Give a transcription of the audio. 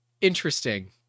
Interesting